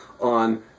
on